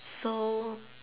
so